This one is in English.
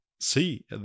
see